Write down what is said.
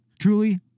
truly